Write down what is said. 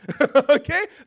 okay